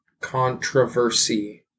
controversy